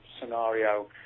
scenario